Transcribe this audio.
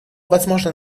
возможно